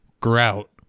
grout